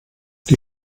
die